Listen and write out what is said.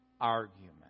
argument